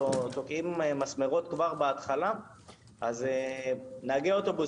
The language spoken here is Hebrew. תוקעים מסמרות כבר בהתחלה אז נהגי אוטובוס